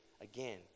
again